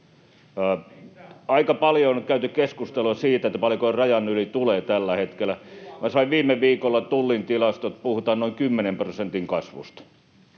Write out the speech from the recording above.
Aika paljon on käyty keskustelua siitä, paljonko rajan yli tulee tällä hetkellä. Minä sain viime viikolla Tullin tilastot: puhutaan noin 10 prosentin kasvusta.